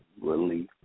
relief